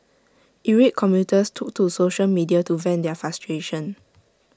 irate commuters took to social media to vent their frustration